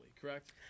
correct